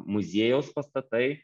muziejaus pastatai